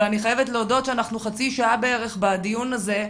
אבל אני חייבת להודות שאנחנו חצי שעה בערך בדיון הזה,